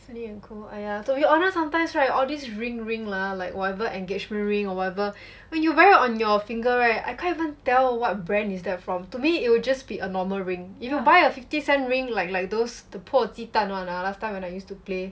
Tiffany & Co. !aiya! to be honest sometimes right all this ring ring lah like whatever engagement ring or whatever when you wear it on your finger right I can't even tell what brand is that from to me it will just be a normal ring if you buy a fifty cent ring like like those 破鸡蛋 [one] ah last time I used to play